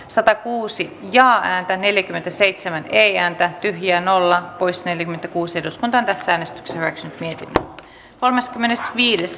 satakuusi ja äänten neljäkymmentäseitsemän teijan tähti ja nollan pois neljäkymmentäkuusi eduskunta räsänen sai arvoisa puhemies